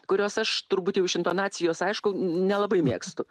kurios aš turbūt jau iš intonacijos aišku nelabai mėgstu